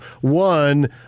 One